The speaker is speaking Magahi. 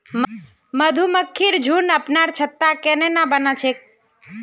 मधुमक्खिर झुंड अपनार छत्ता केन न बना छेक